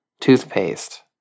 toothpaste